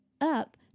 up